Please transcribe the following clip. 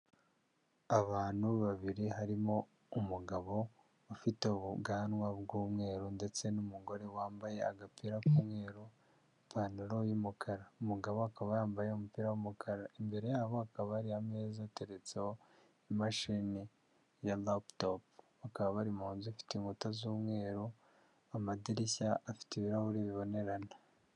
Abantu babiri harimo umugabo ufite ubwanwa bw'umweru ndetse n'umugore wambaye agapira k'umweru ipantaro y'umukara umugabo akaba yambaye umupira w'umukara imbere yabo akaba ari ameza ateretseho imashini ya lapu topu bakaba bari munzu ifite inkuta z'umweru amadirishya afite ibirahuri bibonerana.